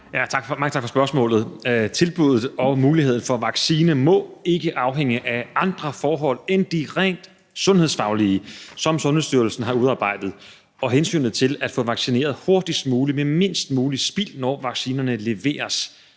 tak for spørgsmålet. Tilbuddet om og muligheden for vaccine må ikke afhænge af andre forhold end de rent sundhedsfaglige, som Sundhedsstyrelsen har udarbejdet, og hensynet til at få vaccineret hurtigst muligt med mindst muligt spild, når vaccinerne leveres.